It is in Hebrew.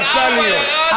רצה להיות.